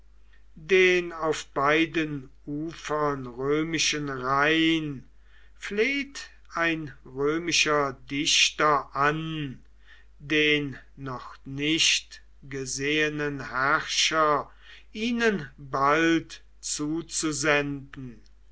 den auf beiden ufern römischen rhein fleht ein römischer dichter an den noch nicht gesehenen herrscher ihnen bald zuzusenden